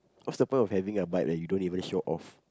what's the point of having a bike that you don't even show off